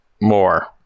more